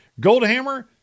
Goldhammer